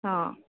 હં